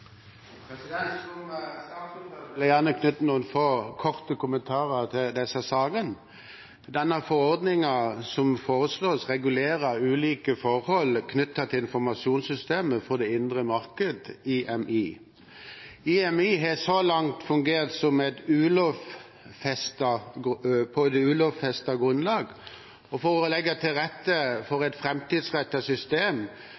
vedtatt. Som saksordfører vil jeg gjerne knytte noen få korte kommentarer til disse sakene. Den forordningen som foreslås, regulerer ulike forhold knyttet til informasjonssystemet for det indre marked, IMI. IMI har så langt fungert på et ulovfestet grunnlag, og for å legge til rette for et framtidsrettet system